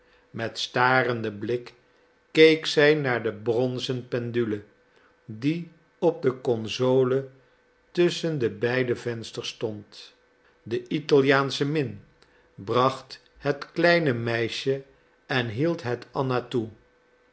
met starenden blik keek zij naar de bronzen pendule die op de console tusschen de beide vensters stond de italiaansche min bracht het kleine meisje en hield het anna toe